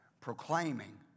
proclaiming